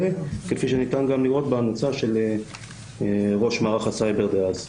כפי שניתן גם לראות בהמלצה של ראש מערך הסייבר דאז.